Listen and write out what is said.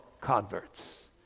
converts